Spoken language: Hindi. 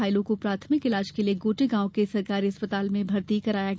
घायलों को प्राथमिक इलाज के लिए गोटेगांव के सरकारी अस्पताल भर्ती कराया गया